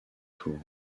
tour